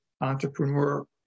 entrepreneur